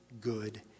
good